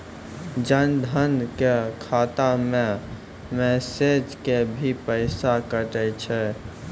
जन धन के खाता मैं मैसेज के भी पैसा कतो छ?